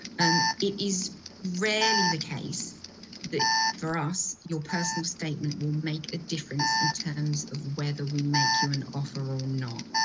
um it is rarely the case that, for us, your personal statement will make a difference in terms of whether we make you an offer or um not.